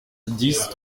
dix